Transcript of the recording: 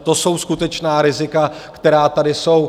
To jsou skutečná rizika, která tady jsou.